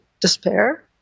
despair